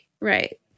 Right